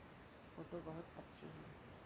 photo बहुत अच्छी है